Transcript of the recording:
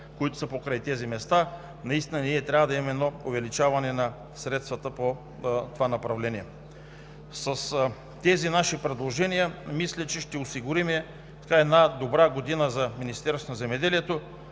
които са покрай тези места, трябва да имаме увеличаване на средствата за това направление. С тези наши предложения мисля, че ще осигурим една добра година за